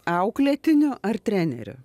auklėtiniu ar treneriu